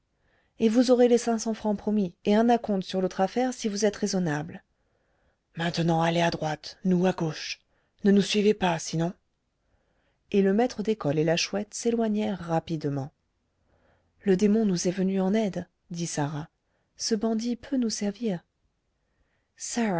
et vous aurez les cinq cents francs promis et un à-compte sur l'autre affaire si vous êtes raisonnable maintenant allez à droite nous à gauche ne nous suivez pas sinon et le maître d'école et la chouette s'éloignèrent rapidement le démon nous est venu en aide dit sarah ce bandit peut nous servir